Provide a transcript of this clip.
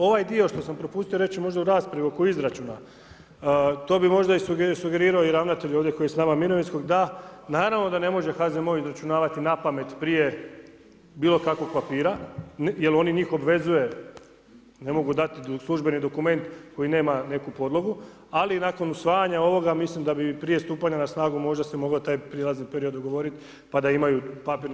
Ovaj dio što sam propustio reći možda u raspravi oko izračuna to bi možda i sugerirao i ravnatelj ovdje koji je s nama iz mirovinskog da, naravno da ne može HZMO izračunavati napamet prije bilo kakvog papira jer oni njih obvezuju, ne mogu dati službeni dokument koji nema neku podlogu ali nakon usvajanja ovoga mislim da bi prije stupanja na snagu možda se mogao taj prijelazni period dogovoriti pa da imaju papir na kojeg mogu izračunavati mirovine.